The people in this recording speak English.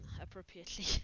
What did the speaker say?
appropriately